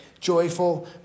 joyful